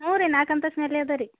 ಹ್ಞೂ ರೀ ನಾಲ್ಕು ಅಂತಸ್ತಿನಲ್ಲೇ ಇದೆ ರೀ